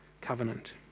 covenant